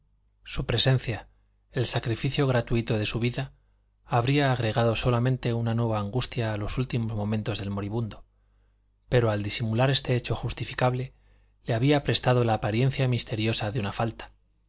su presencia el sacrificio gratuito de su vida habría agregado solamente una nueva angustia a los últimos momentos del moribundo pero al disimular este hecho justificable le había prestado la apariencia misteriosa de una falta